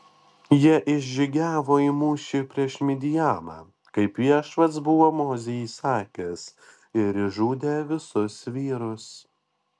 jie išžygiavo į mūšį prieš midjaną kaip viešpats buvo mozei įsakęs ir išžudė visus vyrus